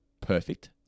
perfect